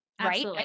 Right